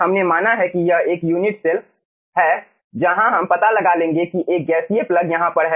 हमने माना है कि यह एक यूनिट सेल है जहां हम हम पता लगा लेंगे कि एक गैसीय प्लग यहाँ पर है